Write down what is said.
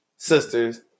sisters